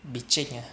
pitching ah